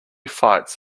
fights